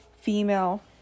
female